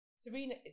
Serena